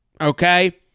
okay